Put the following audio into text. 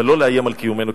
אבל לא לאיים על קיומנו כאן.